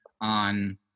on